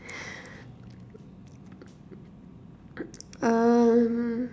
um